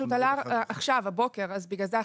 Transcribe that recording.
לא, הנוסח הזה פשוט עלה עכשיו, הבוקר.